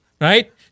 right